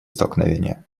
столкновения